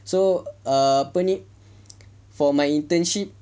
so err apa ni for my internship